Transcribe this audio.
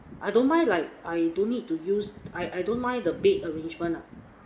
I don't mind like I don't need to use I I don't mind the bed arrangement lah